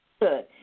Good